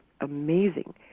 amazing